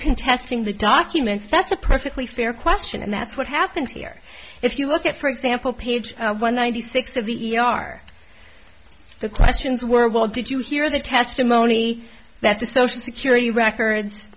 contesting the documents that's a perfectly fair question and that's what happened here if you look at for example page one hundred six of the e r the questions were well did you hear the testimony that the social security records